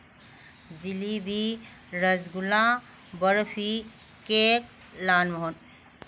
jalebi rasgulla barfi cake lal ꯃꯣꯍꯣꯟ